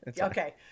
okay